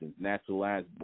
naturalized